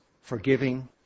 forgiving